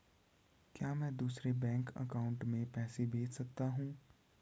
क्या मैं दूसरे बैंक अकाउंट में पैसे भेज सकता हूँ?